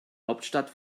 hauptstadt